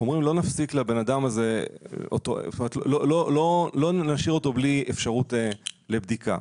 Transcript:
אנחנו אומרים שלא נשאיר אותו בלי אפשרות לבדיקה.